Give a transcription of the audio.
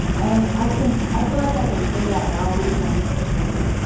and i can, i feel like i can say that now because i used to hate it.